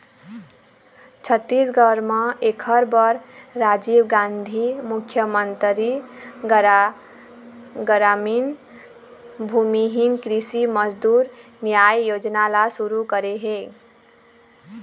छत्तीसगढ़ म एखर बर राजीव गांधी मुख्यमंतरी गरामीन भूमिहीन कृषि मजदूर नियाय योजना ल सुरू करे हे